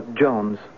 Jones